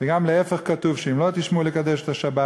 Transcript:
וגם להפך כתוב: "אם לא תשמעו אלי לקדש את יום השבת